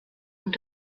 und